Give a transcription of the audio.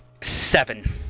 Seven